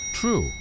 True